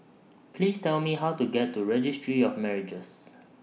Please Tell Me How to get to Registry of Marriages